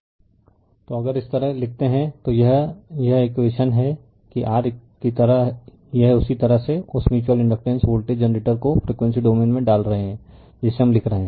refer slide time 3231 तो अगर इस तरह लिखते हैं तो यह यह इकवेशन है कि r की तरह यह उसी तरह से उस म्यूच्यूअल इंडकटेन्स वोल्टेज जनरेटर को फ्रीक्वेंसी डोमेन में डाल रहे हैं जिसे हम लिख रहे हैं